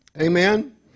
Amen